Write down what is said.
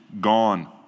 gone